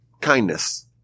kindness